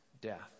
death